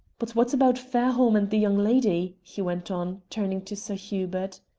but what about fairholme and the young lady, he went on, turning to sir hubert.